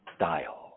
style